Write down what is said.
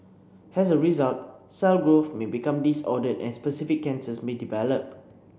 as a result cell growth may become disordered and specific cancers may develop